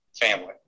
family